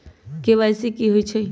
KYC कि होई छई?